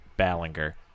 ballinger